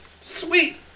sweet